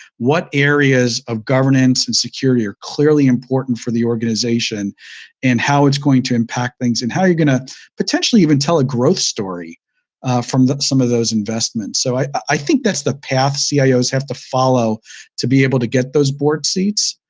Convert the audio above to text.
what areas of governance and security are clearly important for the organization and how it's going to impact things? and how are you going to potentially even tell a growth story from some of those investments? so i i think that's the path cios have to follow to be able to get those board seats.